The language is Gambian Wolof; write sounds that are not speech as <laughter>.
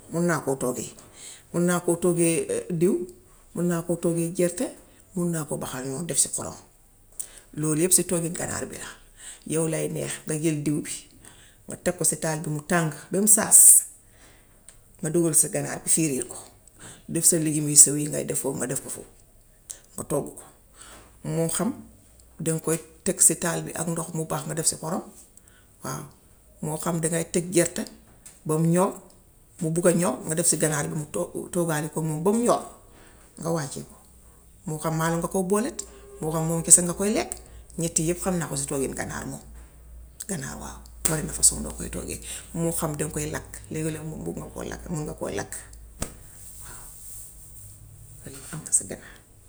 Mun naa koo toggee, mun naa koo toggee diw, mun naa koo toggee gerte, mun naa koo baxal noonu def si xorom. Loolu yépp si toggu ginaar bi la. Yaw lay neex nga jël diw bi, nga teg ko si taal bi bem sãs ma dugal si ganaar bi firiir ko, def sa legim yu sew yi ngay def foofu nga def foofu, nga toggu ko; moo xam daŋ koy teg si taal bi ak ndox, mu bax nga def si xorom waaw. Moo xam dangay teg gerte bam ñor mu bugga ñor nga def si ganaar <hesitation> mu toggale kook moom bem ñor, nga wàcce ko moo xam maalo nga koy booleet, moo xam moom kese nga koy lekk, ñett yépp naa ko ci toggin ganaar moom, ganaar waaw, barina façon boo koy togge; moo xam daŋ koy lakk, léegi-lee mun nga koo lakk mun nga koy lakk waaw loolu yépp am na si ganaar.